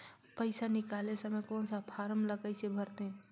पइसा निकाले समय कौन सा फारम ला कइसे भरते?